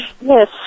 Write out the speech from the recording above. Yes